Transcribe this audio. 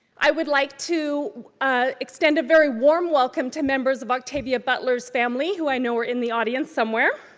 i would like to ah extend a very warm welcome to members of octavia butler's family who i know are in the audience somewhere.